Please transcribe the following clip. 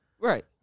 Right